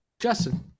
Justin